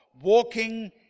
walking